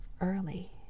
Early